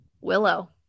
Willow